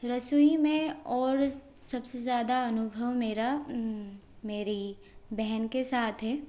रसोई में और सबसे ज़्यादा अनुभव मेरा मेरी बहन के साथ है